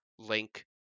Link